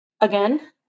Again